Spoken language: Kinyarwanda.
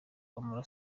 kw’amara